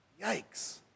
Yikes